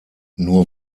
nur